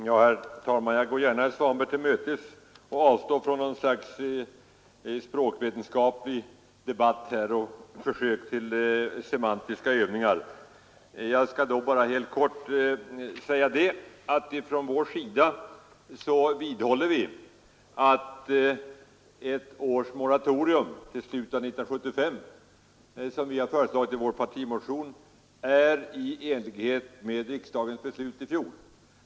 Herr talman! Jag går gärna herr Svanberg till mötes och avstår från något slags språkvetenskaplig debatt och försök till semantiska övningar. Jag skall då bara helt kort säga att vi från vår sida vidhåller att ett års moratorium med kärnkraftsutbyggnaden, till slutet av år 1975, som vi föreslagit i vår partimotion är i enlighet med riksdagens beslut i fjol.